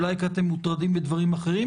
אולי כי אתם מוטרדים מדברים אחרים,